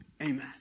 Amen